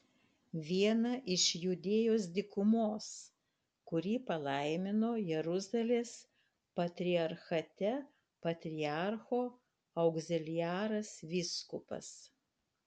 vieną iš judėjos dykumos kurį palaimino jeruzalės patriarchate patriarcho augziliaras vyskupas